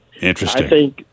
Interesting